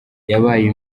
yabaye